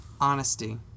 Honesty